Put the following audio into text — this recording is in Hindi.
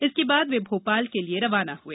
इसके बाद वे भोपाल के लिए रवाना हुए